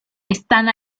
están